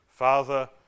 Father